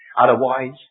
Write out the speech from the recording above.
Otherwise